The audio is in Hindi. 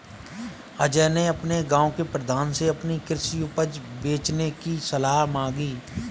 अजय ने अपने गांव के प्रधान से अपनी कृषि उपज बेचने की सलाह मांगी